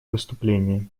выступление